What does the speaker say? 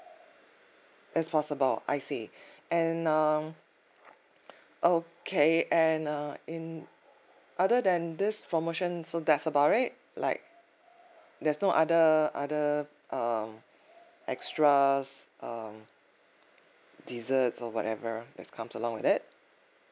that's possible I see and err okay and uh in other than this promotion so that's about it like there's no other other uh extras uh desserts or whatever that's comes along with it